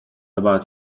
about